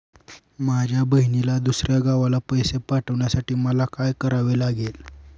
माझ्या बहिणीला दुसऱ्या गावाला पैसे पाठवण्यासाठी मला काय करावे लागेल?